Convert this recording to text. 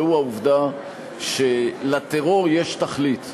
והוא העובדה שלטרור יש תכלית.